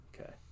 Okay